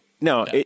No